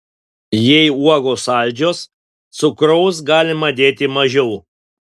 jeigu uogos saldžios cukraus galima dėti mažiau